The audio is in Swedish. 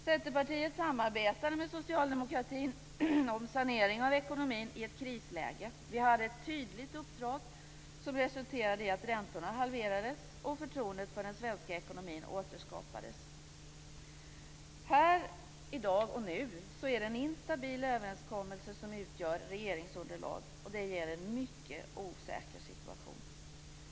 Centerpartiet samarbetade med socialdemokratin om saneringen av ekonomin i ett krisläge. Vi hade ett tydligt uppdrag som resulterade i att räntorna halverades och förtroendet för den svenska ekonomin återskapades. Här i dag är det en instabil överenskommelse som utgör regeringsunderlag. Det ger en mycket osäker situation.